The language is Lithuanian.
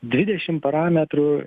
dvidešimt parametrų